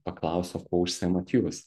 paklaus o kuo užsiimat jūs